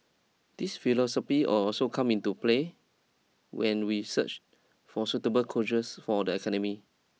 this philosophy will also come into play when we search for suitable coaches for the academy